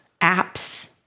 apps